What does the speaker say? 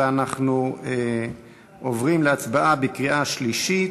ואנחנו עוברים להצבעה בקריאה שלישית.